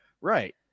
Right